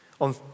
On